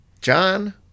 John